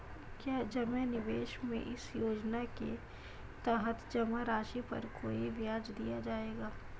क्या जमा निवेश में इस योजना के तहत जमा राशि पर कोई ब्याज दिया जाएगा?